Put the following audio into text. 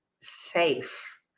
safe